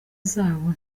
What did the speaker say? zabo